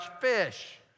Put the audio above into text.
fish